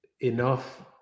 enough